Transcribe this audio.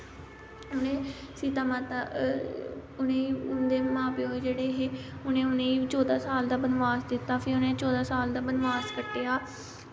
उ'नें सीता माता उ'ने उं'दे मा प्यो जेह्ड़े हे उ'नें उ'नेईं चौदां साल दा बनवास दित्ता फ्ही उनें चौदां साल दा बनवास कट्टेआ